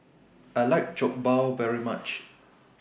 I like Jokbal very much